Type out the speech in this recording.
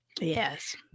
Yes